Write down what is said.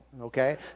okay